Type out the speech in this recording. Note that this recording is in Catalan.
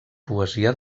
poesia